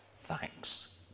Thanks